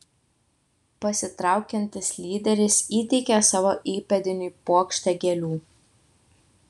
pasitraukiantis lyderis įteikė savo įpėdiniui puokštę gėlių